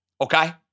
Okay